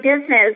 business